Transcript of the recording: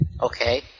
Okay